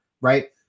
right